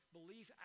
Belief